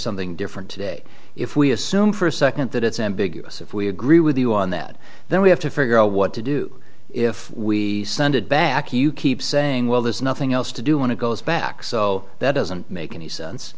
something different today if we assume for a second that it's ambiguous if we agree with you on that then we have to figure out what to do if we send it back you keep saying well there's nothing else to do want to go back so that doesn't make any sense